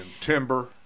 timber